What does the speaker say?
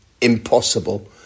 impossible